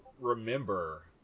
remember